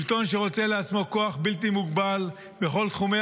שלטון שרוצה לעצמו כוח בלתי מוגבל בכל תחומי